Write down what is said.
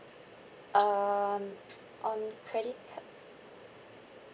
um on credit card